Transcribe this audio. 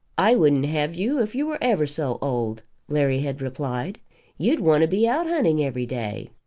i wouldn't have you, if you were ever so old, larry had replied you'd want to be out hunting every day.